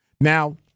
Now